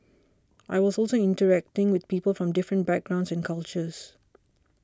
I was also interacting with people from different backgrounds and cultures